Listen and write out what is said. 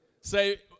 Say